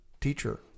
teacher